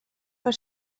per